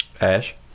Ash